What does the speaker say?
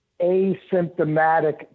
asymptomatic